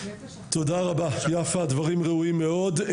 תודה רבה יפה הדברים ראויים מאוד.